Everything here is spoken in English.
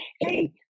Hey